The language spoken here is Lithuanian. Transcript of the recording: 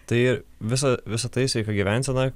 tai visa visa tai sveika gyvensena